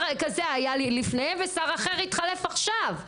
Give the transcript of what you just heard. כזה היה לי לפני ושר כזה התחלף לי עכשיו.